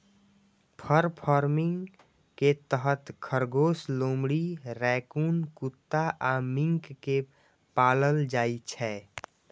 फर farming के तहत खरगोश, लोमड़ी, रैकून कुत्ता आ मिंक कें पालल जाइ छै